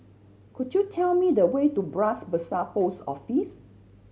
could you tell me the way to Bras Basah Post Office